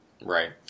Right